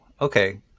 okay